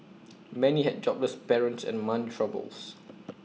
many had jobless parents and mum troubles